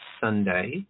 Sunday